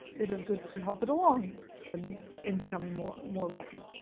it is good to help it along in in becoming more more rotten.